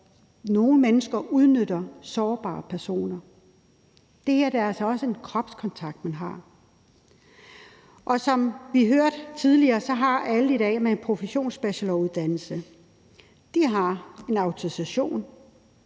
nogle mennesker udnytter sårbare personer. I det her er det altså også en kropskontakt, man har, og som vi hørte tidligere, har alle med en professionsbacheloruddannelse i dag en autorisation.